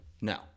No